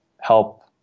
help